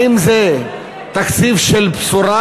האם זה תקציב של בשורה,